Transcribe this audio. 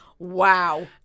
Wow